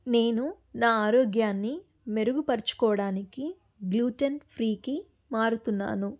నేను నా ఆరోగ్యాన్ని మెరుగుపరచుకోవడానికి గ్లూటన్ ఫ్రీకి మారుతున్నాను